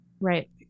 Right